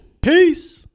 Peace